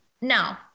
no